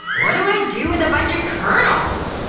what do i do with a bunch of kernels?